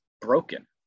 broken